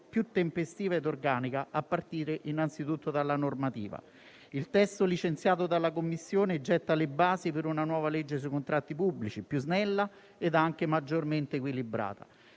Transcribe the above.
più tempestiva e organica, a partire anzitutto dalla normativa. Il testo licenziato dalla Commissione getta le basi per una nuova legge sui contratti pubblici più snella e anche maggiormente equilibrata.